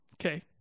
Okay